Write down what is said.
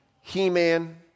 He-Man